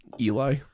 Eli